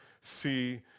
see